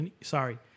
sorry